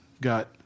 got